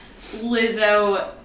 Lizzo